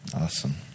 Awesome